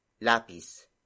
lapis